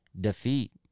defeat